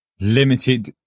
limited